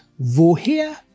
woher